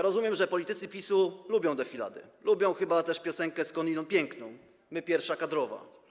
Rozumiem, że politycy PiS-u lubią defilady, lubią chyba też piosenkę, skądinąd piękną: My, pierwsza kadrowa.